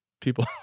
people